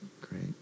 Great